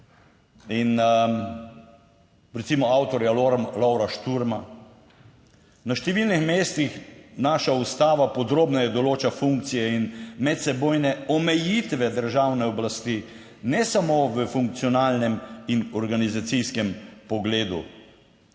in recimo avtorja Lovra Šturma, na številnih mestih naša ustava podrobneje določa funkcije in medsebojne omejitve državne oblasti, ne samo v funkcionalnem in organizacijskem pogledu.